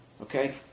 Okay